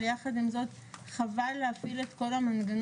אבל יחד עם זאת חבל להפעיל את כל המנגנון,